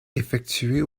effectuer